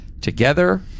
together